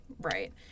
right